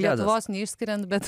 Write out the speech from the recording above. lietuvos neišskiriant bet